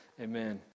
Amen